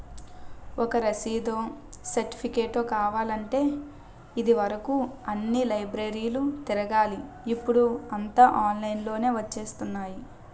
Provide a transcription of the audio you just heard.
ఒక రసీదో, సెర్టిఫికేటో కావాలంటే ఇది వరుకు అన్ని లైబ్రరీలు తిరగాలి ఇప్పుడూ అంతా ఆన్లైన్ లోనే వచ్చేత్తున్నాయి